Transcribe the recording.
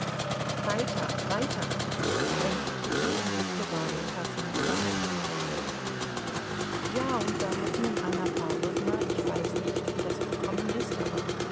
weiter weiter drängte kitty und blickte warjenka finster an ja und da hat nun anna pawlowna ich weiß nicht wie das gekommen ist aber